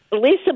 Lisa